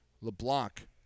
LeBlanc